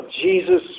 Jesus